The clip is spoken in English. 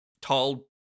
tall